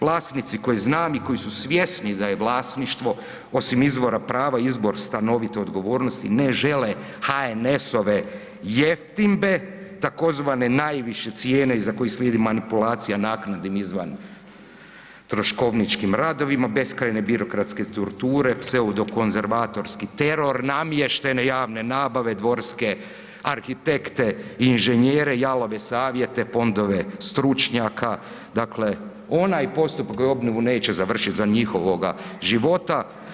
Vlasnici koji znani, koji su svjesni da je vlasništvo osim izvora prava, izbor stanovite odgovornosti ne žele HNS-ove jeftimbe tzv. najviše cijene iza kojih slijedi manipulacija naknadama izvantroškovničkim radovima, beskrajne birokratske torture, pseudokonzervatorijski teror, namještene javne nabave, dvorske arhitekte i inženjere, jalove savjete, fondove stručnjaka, dakle onaj postupak koji obnovu neće završit za njihova života.